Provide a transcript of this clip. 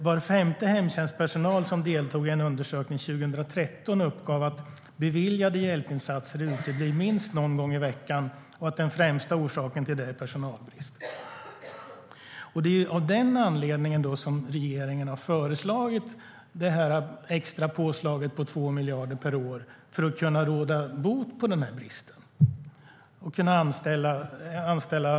Var femte hemtjänstpersonal som deltog i en undersökning 2013 uppgav att "beviljade hjälpinsatser uteblir minst någon gång i veckan och att den främsta orsaken till det är personalbrist".Av den anledningen har regeringen föreslagit det extra påslaget på 2 miljarder per år, för att kunna råda bot på bristen och kunna anställa undersköterskor.